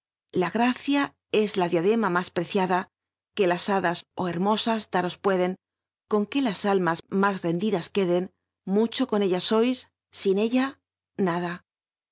la gracia es la oliadema m is prrci ula que las hadas oh hermosas daros pueden con c ue las almas mús rend idas o ucdcn lucho con ell a sol in ella nada